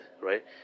right